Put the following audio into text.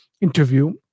interview